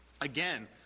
again